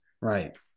Right